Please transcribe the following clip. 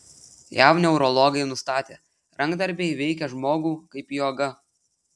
jav neurologai nustatė rankdarbiai veikia žmogų kaip joga